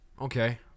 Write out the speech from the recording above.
Okay